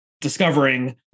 discovering